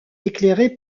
éclairée